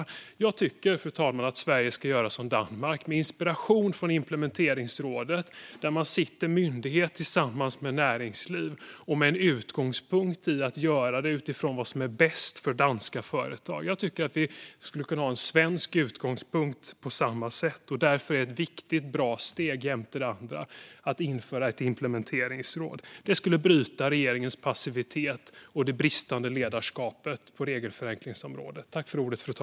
Jag tycker, fru talman, att Sverige ska göra som Danmark och att vi ska hämta inspiration från deras implementeringsråd. Där sitter myndigheter tillsammans med näringslivet med utgångspunkten att göra det som är bäst för danska företag. Jag tycker att vi skulle kunna ha en svensk utgångspunkt på samma sätt, och därför är det ett viktigt och bra steg jämte det andra att införa ett implementeringsråd. Det skulle bryta regeringens passivitet och bristande ledarskap på regelförenklingsområdet.